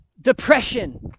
depression